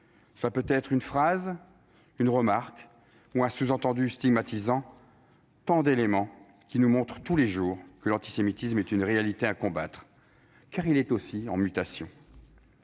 Ce peut-être une phrase, une remarque ou un sous-entendu stigmatisant- autant d'éléments qui chaque jour nous rappellent que l'antisémitisme reste une réalité à combattre, car il est en mutation.